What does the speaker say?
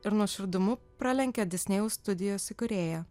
ir nuoširdumu pralenkia disnėjaus studijos įkūrėją